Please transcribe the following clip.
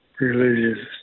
religious